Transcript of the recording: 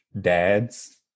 dads